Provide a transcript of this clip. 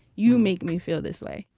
you make me feel this way.